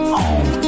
home